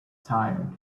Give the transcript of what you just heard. tired